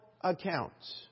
accounts